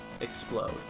explode